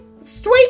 straight